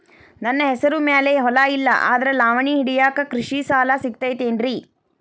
ನನ್ನ ಹೆಸರು ಮ್ಯಾಲೆ ಹೊಲಾ ಇಲ್ಲ ಆದ್ರ ಲಾವಣಿ ಹಿಡಿಯಾಕ್ ಕೃಷಿ ಸಾಲಾ ಸಿಗತೈತಿ ಏನ್ರಿ?